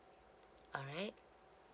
alright